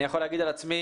אני יכול להגיד על עצמי.